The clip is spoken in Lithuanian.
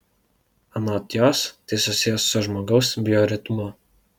anot jos tai susiję su žmogaus bioritmu